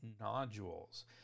nodules